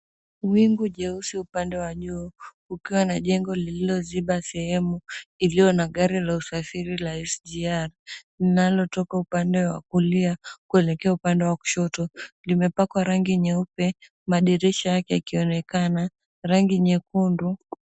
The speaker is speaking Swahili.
Wingu jeusi upande wa juu kukiwa na jengo lililoziba sehemu iliyo na gari ya usafiri la SGR linalotoka upande wa kulia kuelekea upande wa kushoto. Limepakwa rangi nyeupe madirisha yake yakionekana rangi nyekundu.